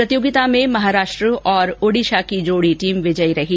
प्रतियोगिता में महाराष्ट्र और ओडिशा की जोडी टीम विजयी रही